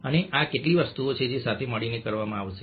અને આ કેટલીક વસ્તુઓ છે જે સાથે મળીને કરવામાં આવશે